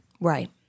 Right